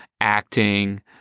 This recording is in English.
acting